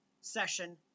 session